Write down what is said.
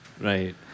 Right